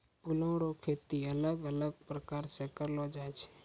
फूलो रो खेती अलग अलग प्रकार से करलो जाय छै